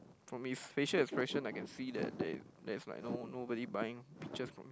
from his facial expression I can see that there there's like no~ nobody buying peaches from